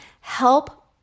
help